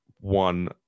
one